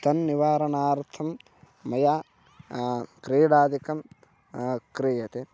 तन्निवारणार्थं मया क्रीडादिकं क्रियते